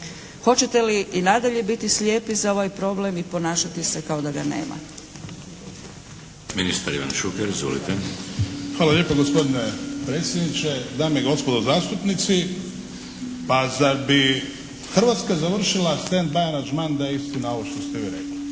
Hoćete li i nadalje biti slijepi za ovaj problem i ponašati se kao da ga nema? **Šeks, Vladimir (HDZ)** Ministar Ivan Šuker. Izvolite! **Šuker, Ivan (HDZ)** Hvala lijepa gospodine predsjedniče, dame i gospodo zastupnici. Pa, zar bi Hrvatska završila stand by aranžman da je istina ovo što ste vi rekla?